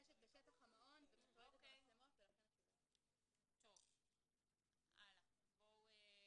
יש לו חשד שמשהו לא טוב קורה במעון שלו הוא יכול לגשת